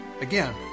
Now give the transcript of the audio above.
Again